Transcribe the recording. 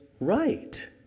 right